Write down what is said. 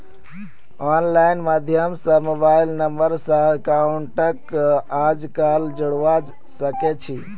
online माध्यम स mobile number स अकाउंटक आजकल जोडवा सके छी